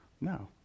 No